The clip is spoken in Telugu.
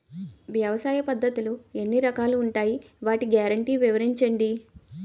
వ్యవసాయ పద్ధతులు ఎన్ని రకాలు ఉంటాయి? వాటి గ్యారంటీ వివరించండి?